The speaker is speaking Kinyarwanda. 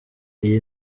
iyi